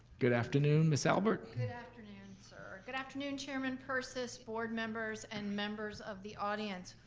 good afternoon, miss albert. good afternoon, sir. good afternoon, chairman persis, board members and members of the audience.